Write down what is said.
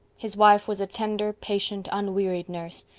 his wife was a tender, patient, unwearied nurse.